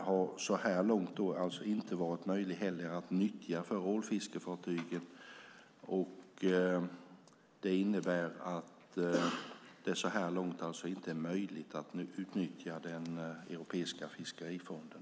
har så här långt inte varit möjlig att utnyttja för ålfiskefartygen. Det innebär att det så här långt inte är möjligt att utnyttja Europeiska fiskerifonden.